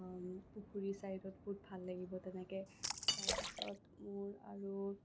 পুখুৰীৰ চাইডত বহুত ভাল লাগিব তেনেকে তাৰ পিছত মোৰ আৰু